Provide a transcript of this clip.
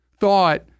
thought